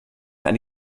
eine